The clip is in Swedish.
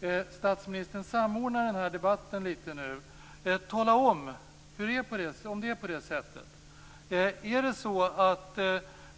Samordna debatten lite nu, statsministern! Tala om om det är på det sättet. Är det så att